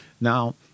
Now